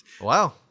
wow